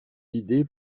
idées